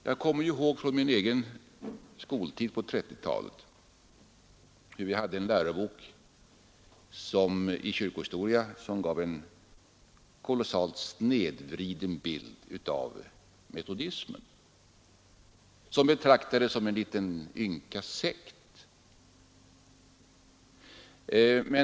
Jag kommer ihåg från min egen skoltid på 1930-talet att vi hade en lärobok i kyrkohistoria som gav en kolossalt snedvriden bild av metodismen; vilken betraktades som en liten ynka sekt.